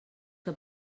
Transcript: que